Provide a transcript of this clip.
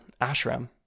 Ashram